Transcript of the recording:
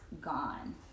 gone